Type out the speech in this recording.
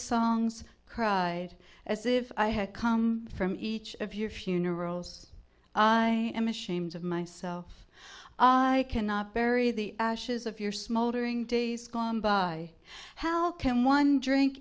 songs cried as if i had come from each of your funerals i am ashamed of myself i cannot bury the ashes of your smoldering days gone by how can one drink